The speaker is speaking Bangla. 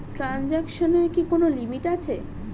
ট্রানজেকশনের কি কোন লিমিট আছে?